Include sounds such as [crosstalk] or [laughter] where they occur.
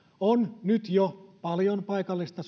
on nyt jo paljon paikallista [unintelligible]